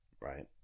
right